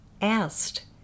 asked